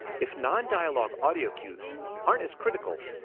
if non-dialogue audio cues aren't as critical,